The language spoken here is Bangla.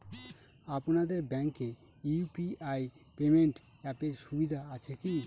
আপনাদের ব্যাঙ্কে ইউ.পি.আই পেমেন্ট অ্যাপের সুবিধা আছে কি?